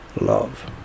love